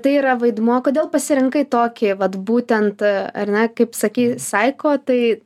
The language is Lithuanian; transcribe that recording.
tai yra vaidmuo kodėl pasirinkai tokį vat būtent ar ne kaip sakyt saiko tai